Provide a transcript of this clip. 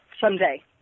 someday